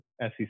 SEC